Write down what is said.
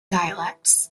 dialects